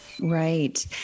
Right